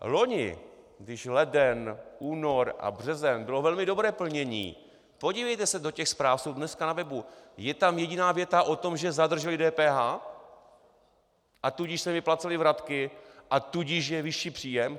Loni, když leden, únor a březen bylo velmi dobré plnění, podívejte se do těch zpráv, jsou dneska na webu, je tam jediná věta o tom, že zadrželi DPH, a tudíž se vyplácely vratky, a tudíž je vyšší příjem.